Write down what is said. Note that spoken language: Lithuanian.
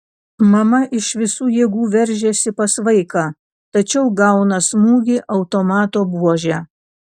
mama iš visų jėgų veržiasi pas vaiką tačiau gauna smūgį automato buože